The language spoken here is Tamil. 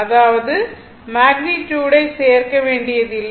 அதாவது மேக்னிட்யுடை சேர்க்க வேண்டியதில்லை